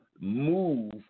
move